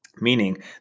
meaning